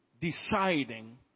deciding